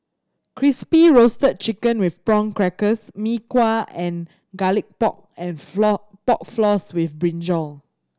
Crispy Roasted Chicken with Prawn Crackers Mee Kuah and Garlic Pork and floor Pork Floss with brinjal